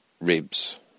ribs